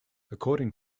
according